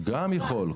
גם יכול.